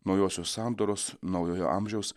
naujosios sandaros naujojo amžiaus